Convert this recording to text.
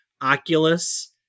Oculus